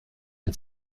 mit